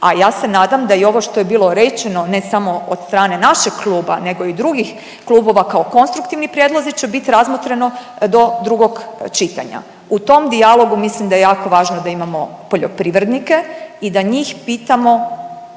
a ja se nadam da i ovo što je bilo rečeno ne samo od strane našeg kluba nego i drugih klubova kao konstruktivni prijedlozi će biti razmotreno do drugog čitanja. U tom dijalogu mislim da je jako važno da imamo poljoprivrednike i da njih pitamo